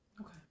Okay